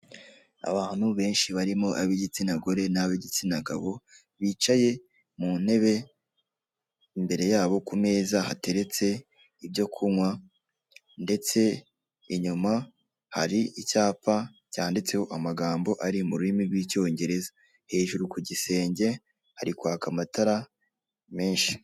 Abantu benshi barimo ab'igitsina gore nab'igitsina gabo bicaye mu ntebe, imbere yabo ku meza hateretse ibyo kunywa ndetse inyuma hari icyapa cyanditseho amagambo ari mu rurimi rw'icyongereza, hejuru ku gisenge hari kwaka amatara menshi.